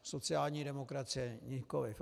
Sociální demokracie nikoliv.